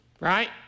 Right